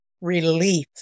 relief